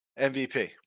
MVP